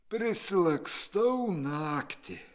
prisilakstau naktį